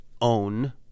own